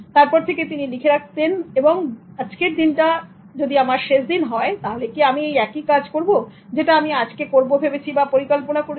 তারপর থেকে তিনি লিখে রাখতেন আয়নায় যদি আজকের দিনটা আমার শেষ দিন হয় তাহলে কি আমি এই একই কাজ করব যেটা আমি আজকে করব ভেবেছি বা পরিকল্পনা করেছি